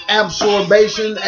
absorption